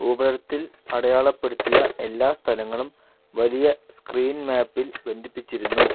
ഭൂപടത്തിൽ അടയാളപ്പെടുത്തിയ എല്ലാ സ്ഥലങ്ങളും വലിയ സ്ക്രീൻ മാപ്പിൽ ബന്ധിപ്പിച്ചിരുന്നു